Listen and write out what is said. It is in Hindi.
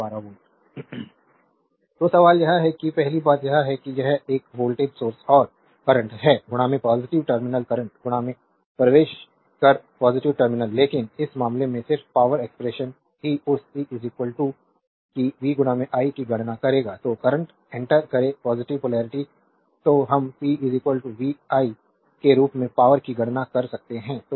स्लाइड टाइम देखें 0255 तो सवाल यह है कि पहली बात यह है कि यह एक वोल्टेज सोर्स और करंट है पॉजिटिव टर्मिनल करंट में प्रवेश कर पॉजिटिव टर्मिनल लेकिन इस मामले में सिर्फ पॉवर एक्सप्रेशन ही उस p कि v i की गणना करेगा तो करंट एंटर करें पॉजिटिव पोलेरिटी तो हम p vi के रूप में पावरकी गणना कर सकते हैं